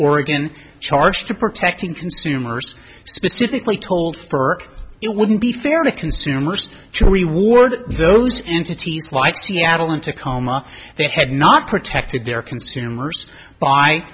oregon charged to protecting consumers specifically told for it wouldn't be fair to consumers to reward those entities like seattle and tacoma they have not protected their consumers by